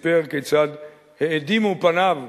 סיפר כיצד האדימו פניו מכעס,